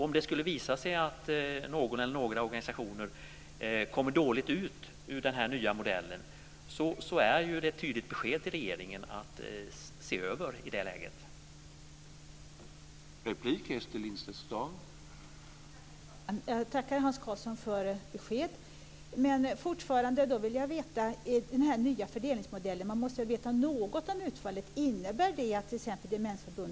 Om det skulle visa sig att någon eller några organisationer kommer dåligt ut i den nya modellen är det ett tydligt besked till regeringen att i det läget se över fördelningen.